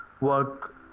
work